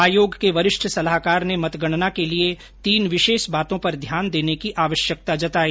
आयोग के वरिष्ठ सलाहकार ने मतगणना के लिए तीन विशेष बातों पर ध्यान देने की आवश्यकता जताई